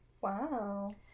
Wow